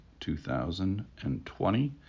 2020